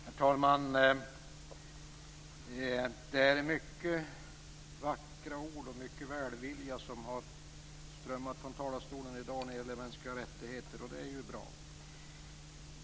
Herr talman! Det är många vackra ord och mycket välvilja som har strömmat från talarstolen i dag när det gäller mänskliga rättigheter, och det är ju bra.